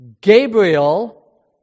Gabriel